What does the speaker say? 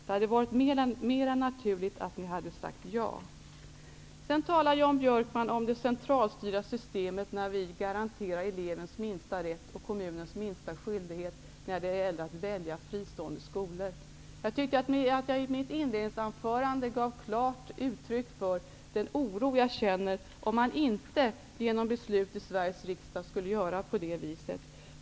Det hade varit mera naturligt att ni hade sagt ja. Jan Björkman talar vidare om ett centralstyrt system där vi vill garantera elevens minsta rätt och kommunens minsta skyldighet när det gäller att välja fristående skolor. Jag tyckte att jag i mitt inledningsanförande gav klart uttryck för den oro som jag känner, om man inte genom beslut i Sveriges riksdag skulle göra på det viset.